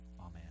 Amen